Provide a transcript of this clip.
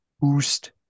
Boost